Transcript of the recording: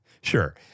Sure